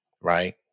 right